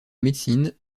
médecine